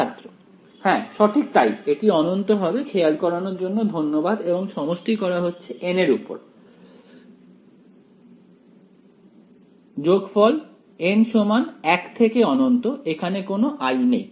ছাত্র হ্যাঁ সঠিক তাই এটি অনন্ত হবে খেয়াল করানোর জন্য ধন্যবাদ এবং সমষ্টি করা হচ্ছে n এর উপর এখানে কোন i নেই